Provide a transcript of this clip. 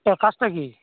তোর কাজটা কী